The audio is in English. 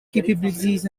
capabilities